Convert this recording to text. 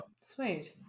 Sweet